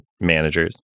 managers